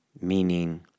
Meaning